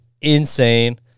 insane